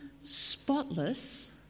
spotless